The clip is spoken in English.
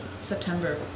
September